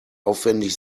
aufwendig